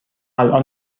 الان